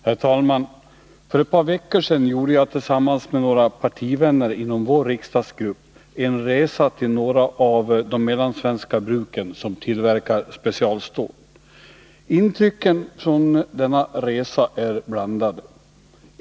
Herr talman! För ett par veckor sedan gjorde jag tillsammans med några partivänner inom vår riksdagsgrupp en resa till några av de mellansvenska bruk som tillverkar specialstål. Intrycken från denna resa är blandade.